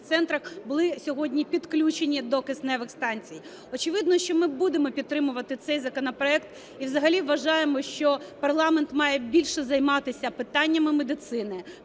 центрах були сьогодні підключені до кисневих станції. Очевидно, що ми будемо підтримувати цей законопроект і взагалі вважаємо, що парламент має більше займатися питаннями медицини,